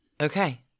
Okay